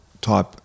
type